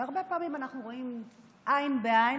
שהרבה פעמים אנחנו רואים עין בעין,